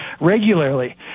regularly